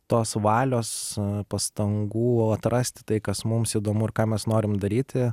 tos valios pastangų atrasti tai kas mums įdomu ir ką mes norim daryti